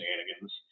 shenanigans